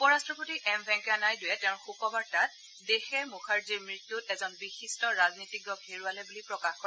উপ ৰট্টপতি এম ভেংকায়া নাইডুৱে তেওঁৰ শোকবাৰ্তাত দেশে মুখাৰ্জীৰ মৃত্যুত এজন বিশিষ্ট ৰাজনীতিজ্ঞক হেৰুবালে বুলি প্ৰকাশ কৰে